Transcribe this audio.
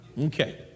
Okay